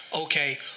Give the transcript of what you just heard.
okay